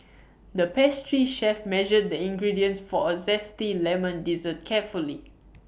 the pastry chef measured the ingredients for A Zesty Lemon Dessert carefully